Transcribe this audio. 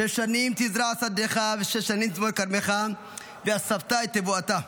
שש שנים תזרע שדך ושש שנים תזמֹר כרמך ואספת את תבואתה.